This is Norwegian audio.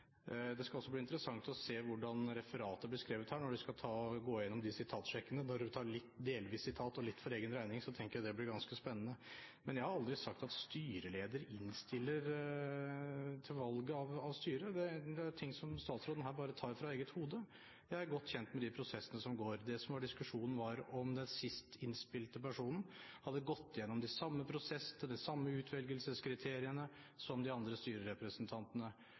Det skal også bli interessant å se hvordan referatet blir skrevet her, når man skal gå igjennom og sjekke sitatene. Når man tar litt delvis sitat og litt for egen regning, tenker jeg at det blir ganske spennende. Jeg har aldri sagt at styreleder innstiller til valg av styret. Dette er ting som statsråden tar fra eget hode. Jeg er godt kjent med de prosessene som går forut. Det som var diskusjonen, var om den sist innspilte personen hadde gått gjennom de samme prosessene, til de samme utvelgelseskriteriene som de andre styrerepresentantene.